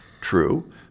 True